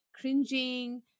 cringing